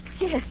yes